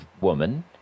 woman